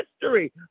history